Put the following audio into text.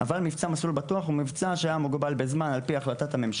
אבל מבצע "מסלול בטוח" הוא מבצע שהיה מוגבל בזמן על פי החלטת הממשלה.